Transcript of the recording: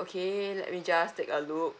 okay let me just take a look